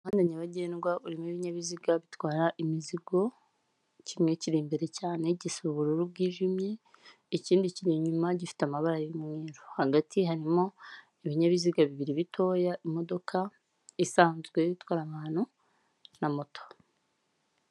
Umuhanda nyabagendwa urimo ibinyabiziga bitwara imizigo, kimwe kiri imbere cyane gisa ubururu bwijimye ikindi ki inyuma gifite amabara y'umweru hagati harimo ibinyabiziga bibiri bitoya imodoka isanzwe itwara abantu na moto.